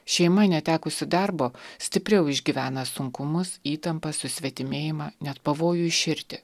šeima netekusi darbo stipriau išgyvena sunkumus įtampą susvetimėjimą net pavojų iširti